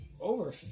Over